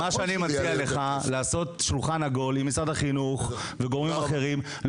מציע לך לעשות שולחן עגול עם משרד החינוך וגורמים אחרים,